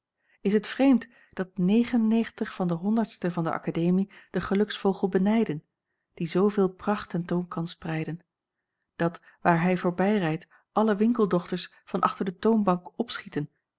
is het vreemd sten dat negentig van de honderdste van de akademie den geluksvogel benijden die zooveel pracht ten toon kan spreiden dat waar hij voorbijrijdt alle winkeldochters van achter de toonbank opschieten